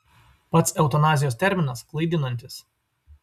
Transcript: pats eutanazijos terminas klaidinantis